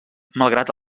malgrat